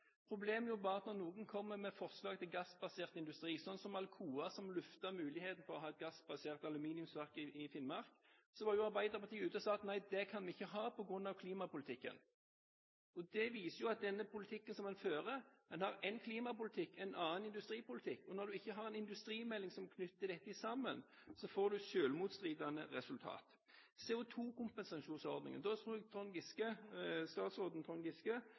Problemet er bare at når noen kommer med forslag til gassbasert industri, som Alcoa, som luftet muligheten for å ha et gassbasert aluminiumsverk i Finnmark, var Arbeiderpartiet ute og sa at det kan vi ikke ha på grunn av klimapolitikken. Det viser at den politikken som en fører, er én klimapolitikk og en annen industripolitikk. Når en ikke har en industrimelding som knytter dette sammen, får en selvmotstridende resultater. Når det gjelder CO2-kompesasjonsordningen, tror jeg statsråd Trond Giske